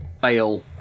fail